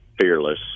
fearless